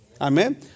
Amen